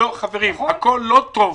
הם מסתדרים, הכול טוב.